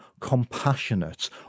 compassionate